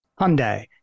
Hyundai